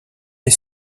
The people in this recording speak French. les